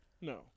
No